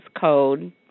code